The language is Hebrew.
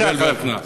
בהכנעה.